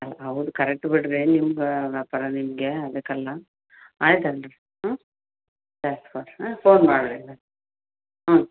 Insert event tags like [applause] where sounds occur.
how ಹೌದು correct ಬಿಡಿರಿ ನಿಮ್ಗೆ ವ್ಯಾಪಾರ ನಿಮಗೆ ಅದಕ್ಕಲ್ಲ ಆಯ್ತು ಅಲ್ಲ ರೀ ಹ್ಞೂ [unintelligible] ಫೋನ್ ಮಾಡಿರಿ ಹಂಗಾರೆ ಹ್ಞೂ ಆಯ್ತು